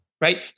right